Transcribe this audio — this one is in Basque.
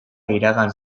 iragan